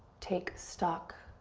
take stock.